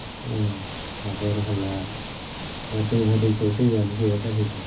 हाखर हाला बा दैमा दैसायाव दैयानो गैया जाहैदों